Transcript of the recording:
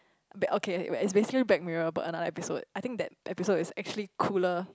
but okay anyways basically Black Mirror got another episode I think that episode is actually cooler